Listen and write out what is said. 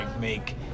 make